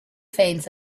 fence